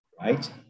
right